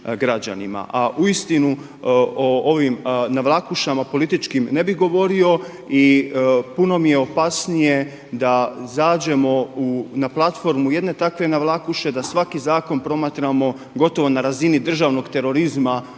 A uistinu o ovom navlakušama političkim ne bih govorio i puno mi je opasnije da zađemo na platformu jedne takve navlakuše, da svaki zakon promatramo gotovo na razini državnog terorizma